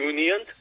Union